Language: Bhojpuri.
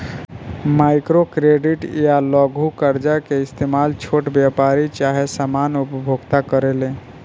माइक्रो क्रेडिट या लघु कर्जा के इस्तमाल छोट व्यापारी चाहे सामान्य उपभोक्ता करेले